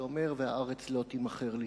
שאומר: והארץ לא תימכר לצמיתות.